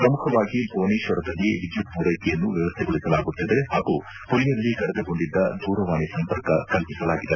ಪ್ರಮುಖವಾಗಿ ಭುವನೇಶ್ವರದಲ್ಲಿ ವಿದ್ಯುತ್ ಪೂರೈಕೆಯನ್ನು ವ್ಯವಸ್ಥೆಗೊಳಿಸಲಾಗುತ್ತಿದೆ ಹಾಗೂ ಪುರಿಯಲ್ಲಿ ಕದಿತಗೊಂಡಿದ್ದ ದೂರವಾಣಿ ಸಂಪರ್ಕ ಕಲ್ಲಿಸಲಾಗಿದೆ